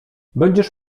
będziesz